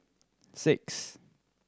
six